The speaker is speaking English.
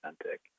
authentic